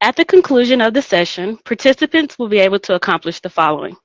at the conclusion of the session, participants will be able to accomplish the following